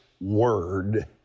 word